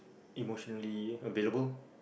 emotionally available